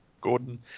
Gordon